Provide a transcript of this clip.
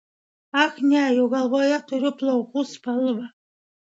ach ne juk galvoje turiu plaukų spalvą